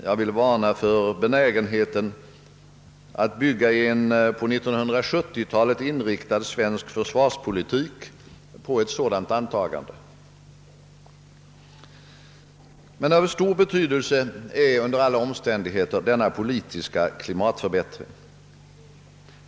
Jag vill varna för benägenheten att redan nu bygga en på 1970-talet inriktad svensk försvarspolitik på ett sådant antagande. Av stor betydelse är under alla omständigheter denna politiska klimatförbättring.